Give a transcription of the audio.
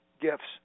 gifts